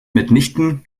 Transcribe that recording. mitnichten